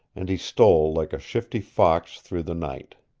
and he stole like a shifty fox through the night.